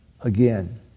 again